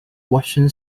russian